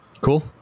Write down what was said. Cool